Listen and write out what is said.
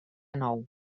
nou